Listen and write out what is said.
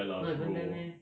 not even there meh